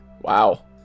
Wow